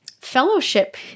fellowship